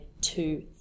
two